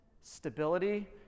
stability